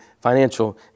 financial